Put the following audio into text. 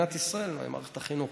מדינת ישראל, מערכת החינוך.